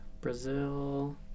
Brazil